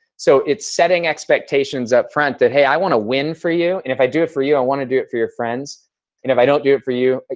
so it's setting expectations upfront that, hey, i want to win for you. and if i do it for you, i want to do it for your friends. and if i don't do it for you,